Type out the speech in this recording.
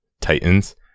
Titans